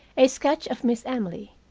a sketch of miss emily,